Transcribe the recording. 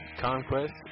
Conquest